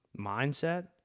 mindset